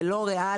זה לא ריאלי.